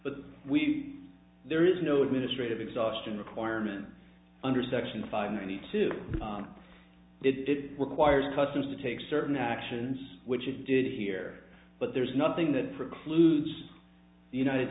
but we there is no administrative exhaustion requirement under section five ninety two it requires customs to take certain actions which it did here but there's nothing that precludes the united